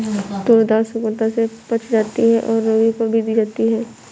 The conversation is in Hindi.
टूर दाल सुगमता से पच जाती है और रोगी को भी दी जाती है